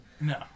No